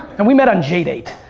and we met on jdate.